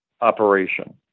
operation